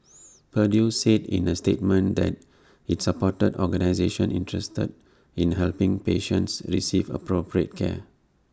purdue said in A statement that IT supported organisations interested in helping patients receive appropriate care